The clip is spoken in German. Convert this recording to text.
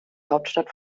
hauptstadt